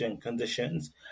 conditions